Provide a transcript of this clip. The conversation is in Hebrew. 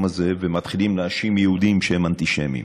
הזה ומתחילים להאשים יהודים שהם אנטישמים.